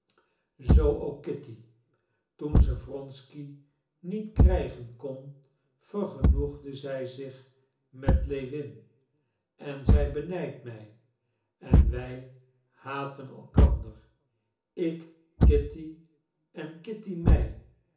zoo ook kitty toen ze wronsky niet krijgen kon vergenoegde zij zich met lewin en zij benijdt mij en wij haten elkander ik kitty en kitty mij dat